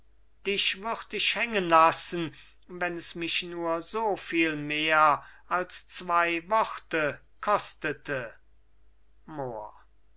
würd ich hängen lassen wenn es mich nur so viel mehr als zwei worte kostete mohr